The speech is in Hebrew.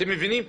אתם מבינים?